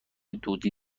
دودی